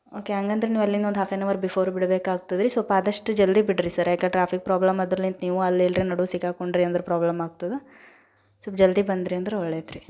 okay ಹಂಗಂದ್ರೆ ನೀವು ಅಲ್ಲಿನ ಒಂದು ಹಾಫ್ ಆ್ಯನ್ ಅವರ್ ಬಿಫೋರ್ ಬಿಡಬೇಕಾಗ್ತದ್ರಿ ಸೊಲ್ಪ ಆದಷ್ಟು ಜಲ್ದಿ ಬಿಡ್ರಿ ಸರ್ ಯಾಕೆ ಟ್ರಾಫಿಕ್ ಪ್ರಾಬ್ಲಮ್ ಅದರ್ಲಿಂತ ನೀವು ಅಲ್ಲಿ ಇಲ್ರಿ ನಡುವೆ ಸಿಕ್ಕಾಕೊಂಡ್ರಿ ಅಂದ್ರೆ ಪ್ರಾಬ್ಲಮ್ ಆಗ್ತದೆ ಸೊಲ್ಪ ಜಲ್ದಿ ಬಂದ್ರಿ ಅಂದ್ರೆ ಒಳ್ಳೆಯದ್ರಿ